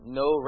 no